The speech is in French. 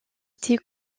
été